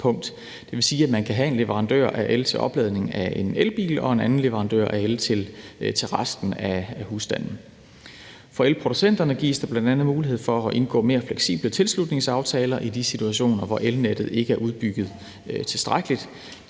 Det vil sige, at man kan have en leverandør af el til opladning af en elbil og en anden leverandør af el til resten af husstanden. For elproducenterne gives der bl.a. mulighed for at indgå mere fleksible tilslutningsaftaler i de situationer, hvor elnettet ikke er udbygget tilstrækkeligt.